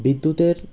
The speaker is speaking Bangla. বিদ্যুতের